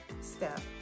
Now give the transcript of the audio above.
Step